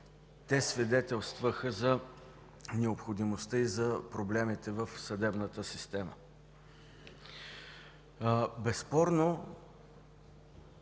Те свидетелстваха за необходимостта и за проблемите в съдебната система. Безспорно